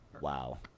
wow